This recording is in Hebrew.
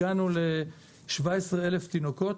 הגענו ל-17 אלף תינוקות.